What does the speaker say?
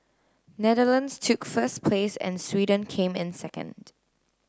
Netherlands took first place and Sweden came in second